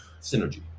Synergy